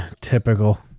Typical